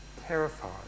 terrified